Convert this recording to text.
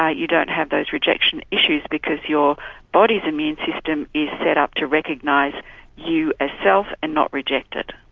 ah you don't have those rejection issues because your body's immune system is set up to recognise you as self and not rejected.